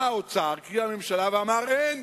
בא האוצר, קרי הממשלה, ואמר: אין.